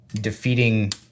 defeating